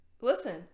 listen